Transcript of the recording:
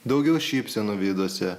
daugiau šypsenų veiduose